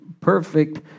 perfect